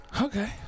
okay